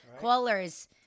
Callers